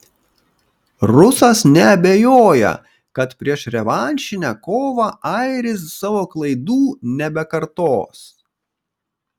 rusas neabejoja kad prieš revanšinę kovą airis savo klaidų nebekartos